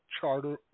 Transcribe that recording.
charter